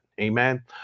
Amen